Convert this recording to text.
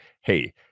hey